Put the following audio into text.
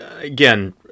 again